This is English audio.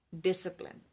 discipline